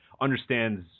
understands